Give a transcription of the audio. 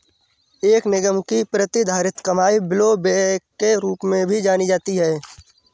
एक निगम की प्रतिधारित कमाई ब्लोबैक के रूप में भी जानी जाती है